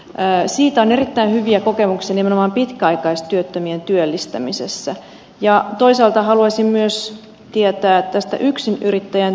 ja siitä on erittäin hyviä kokemuksia nimenomaan pitkäaikaistyöttömien työllistämisessä ja toisaalta haluaisin myös tietää tästä yksin yrittäjän